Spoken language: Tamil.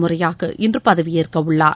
முறையாக இன்று பதவியேற்க உள்ளார்